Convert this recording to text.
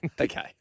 Okay